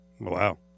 Wow